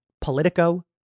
Politico